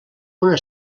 una